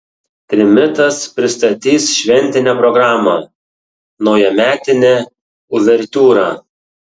trimitas pristatys šventinę programą naujametinė uvertiūra